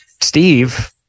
Steve